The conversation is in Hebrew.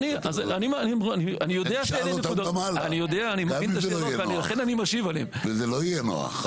אני אשאל אותן גם הלאה, גם אם זה לא יהיה נוח.